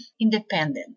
independent